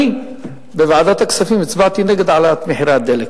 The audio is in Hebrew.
אני בוועדת הכספים הצבעתי נגד העלאת מחירי הדלק,